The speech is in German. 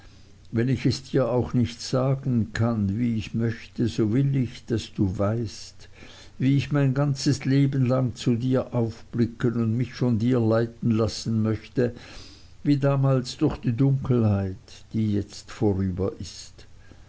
wenn ich es dir auch nicht sagen kann wie ich möchte so will ich daß du weißt wie ich mein ganzes leben lang zu dir aufblicken und mich von dir leiten lassen möchte wie damals durch die dunkelheit die jetzt vorüber ist